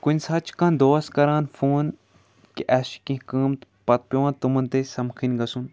کُنہِ ساتہٕ چھِ کانٛہہ دوس کَران فون کہِ اَسہِ چھُ کینٛہہ کٲم تہٕ پَتہٕ پٮ۪وان تٕمَن تہِ اَسہِ سَمکھٕنۍ گژھُن